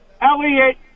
Elliot